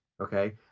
Okay